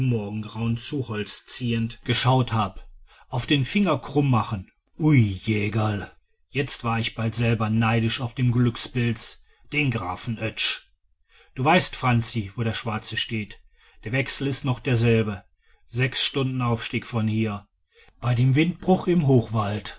morgengrauen zu holz ziehend geschaut hab auf den finger krumm machen ui jegerl jetzt war ich bald selber neidisch auf den glückspilz den grafen oetsch du weißt franzi wo der schwarze steht der wechsel ist noch derselbe sechs stunden aufstieg von hier bei dem windbruch im hochwald